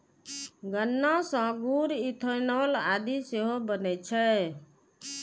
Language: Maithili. गन्ना सं गुड़, इथेनॉल आदि सेहो बनै छै